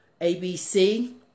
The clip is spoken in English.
ABC